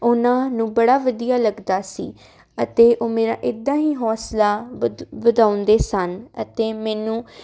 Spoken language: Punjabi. ਉਹਨਾਂ ਨੂੰ ਬੜਾ ਵਧੀਆ ਲੱਗਦਾ ਸੀ ਅਤੇ ਉਹ ਮੇਰਾ ਇਦਾਂ ਹੀ ਹੌਸਲਾ ਵਧਾਉਂਦੇ ਸਨ ਅਤੇ ਮੈਨੂੰ